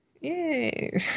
Yay